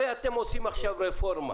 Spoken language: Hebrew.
הרי אתם עושים עכשיו רפורמה.